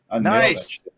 Nice